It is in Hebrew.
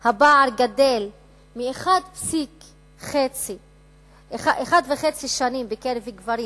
הפער גדל מ-1.5 שנים בקרב גברים